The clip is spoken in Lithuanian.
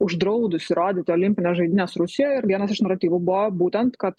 uždraudusi rodyti olimpines žaidynes rusijoje ir vienas iš naratyvų buvo būtent kad